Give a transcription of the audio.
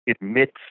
admits